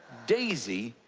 daisy,